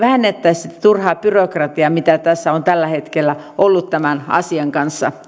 vähennettäisiin sitä turhaa byrokratiaa mitä on tällä hetkellä ollut tämän asian kanssa